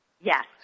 Yes